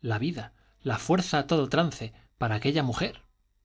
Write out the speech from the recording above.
la vida la fuerza a todo trance para aquella mujer